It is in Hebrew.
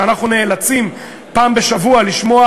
ואנחנו נאלצים פעם בשבוע לשמוע,